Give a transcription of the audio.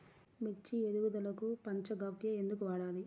మిర్చి ఎదుగుదలకు పంచ గవ్య ఎందుకు వాడాలి?